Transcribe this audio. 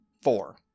Four